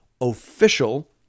official